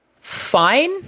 fine